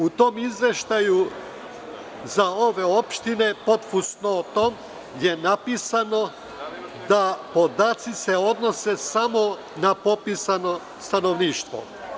U tom izveštaju za ove opštine pod fusnotom je napisano da se podaci odnose samo na popisano stanovništvo.